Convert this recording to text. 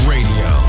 Radio